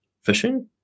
Fishing